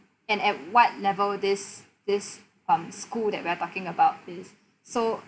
and at what level this this from school that we are talking about is so